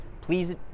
Please